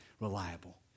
reliable